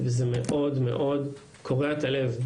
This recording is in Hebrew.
וזה מאוד קורע את הלב,